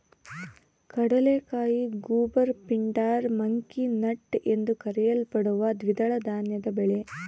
ಕಡಲೆಕಾಯಿ goober pindar monkey nut ಎಂದೂ ಕರೆಯಲ್ಪಡುವ ದ್ವಿದಳ ಧಾನ್ಯದ ಬೆಳೆ